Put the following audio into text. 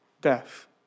death